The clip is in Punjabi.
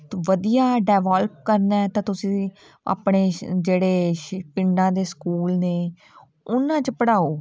ਵਧੀਆ ਡੈਵੋਲਪ ਕਰਨਾ ਤਾਂ ਤੁਸੀਂ ਆਪਣੇ ਜਿਹੜੇ ਸ ਪਿੰਡਾਂ ਦੇ ਸਕੂਲ ਨੇ ਉਹਨਾਂ 'ਚ ਪੜਾਓ